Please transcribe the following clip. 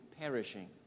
perishing